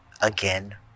again